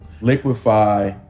liquefy